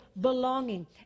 belonging